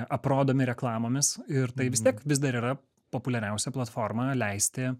aprodomi reklamomis ir tai vis tiek vis dar yra populiariausia platforma leisti